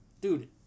Dude